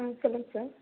ம் சொல்லுங்கள் சார்